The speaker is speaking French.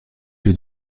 lieu